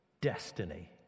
destiny